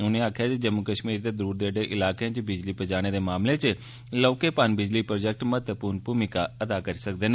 उनें आखेआ जे जम्मू कष्मीर दे दूर दरेडे इलाकें च बिजली पुजाने दे मामले च लौह्के पनबिजली प्रोजेक्ट महत्वपूर्ण भूमिका अदा करी सकदे न